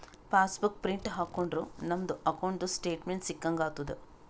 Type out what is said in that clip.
pass book print ಹಾಕೊಂಡುರ್ ನಮ್ದು ಅಕೌಂಟ್ದು ಸ್ಟೇಟ್ಮೆಂಟ್ ಸಿಕ್ಕಂಗ್ ಆತುದ್